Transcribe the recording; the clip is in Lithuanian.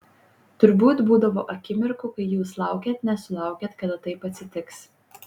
turbūt būdavo akimirkų kai jūs laukėt nesulaukėt kada taip atsitiks